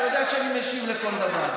אתה יודע שאני משיב על כל דבר.